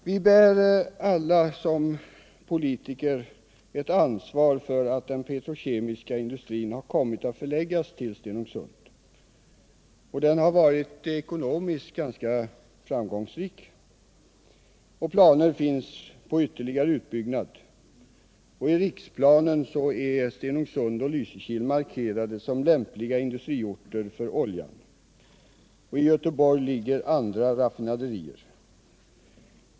Vi bär alla som politiker ett ansvar för att den petrokemiska industrin kommit att förläggas till Stenungsund. Den har ekonomiskt varit ganska framgångsrik. Planer finns på ytterligare utbyggnad. I riksplanen är Stenungsund och Lysekil markerade som lämpliga industriorter för oljan. I Göteborg ligger andra raffinaderier.